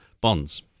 bonds